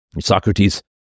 Socrates